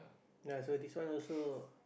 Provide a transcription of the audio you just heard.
ya so this one also